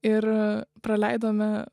ir praleidome